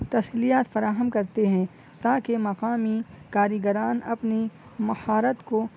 تسلیات فراہم کرتے ہیں تاکہ مقامی کاریگران اپنی مہارت کو